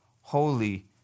holy